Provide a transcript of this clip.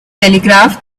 telegraph